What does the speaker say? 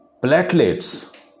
Platelets